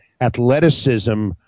athleticism